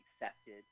accepted